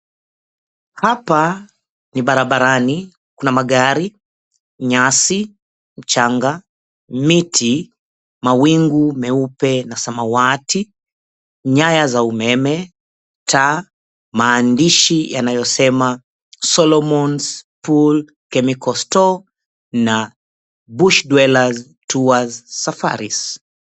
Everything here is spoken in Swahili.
Hapa ni barabarani, kuna magari, nyasi, mchanga, miti, mawingu meupe na samawati, nyaya za umeme, taa, maandishi yanayosema, Solomons Pool Chemical Store na Bush Dwellers Safaris.